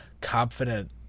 confident